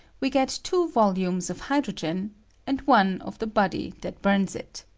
we get two volumes of hydrogen and one of the body that bums it.